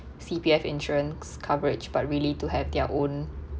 C_P_F insurance coverage but really to have their own